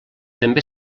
també